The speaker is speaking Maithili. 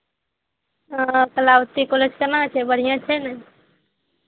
हँ कलावती कॉलेज केना छै बढ़िआँ छै ने